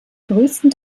größten